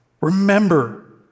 Remember